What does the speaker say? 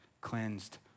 cleansed